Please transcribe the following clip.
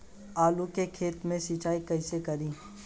आलू के खेत मे सिचाई कइसे करीं?